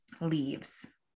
leaves